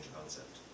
concept